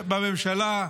בממשלה,